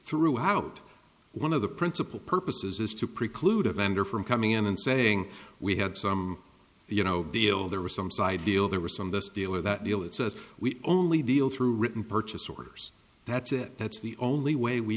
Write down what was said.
threw out one of the principal purposes is to preclude a vendor from coming in and saying we had some you know deal there was some side deal there were some this deal or that deal it says we only deal through written purchase orders that's it that's the only way we